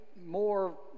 more